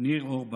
ניר אורבך,